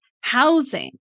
housing